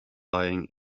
lying